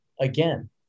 again